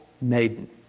maiden